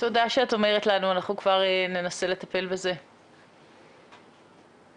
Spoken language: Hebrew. שכולנו היום מרגישים בעצמנו מה המשמעות של מרחק 1,000 מטר,